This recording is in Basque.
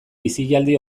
bizialdi